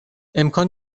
امکان